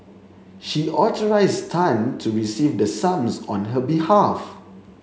she authorised Tan to receive the sums on her behalf